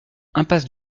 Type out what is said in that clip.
impasse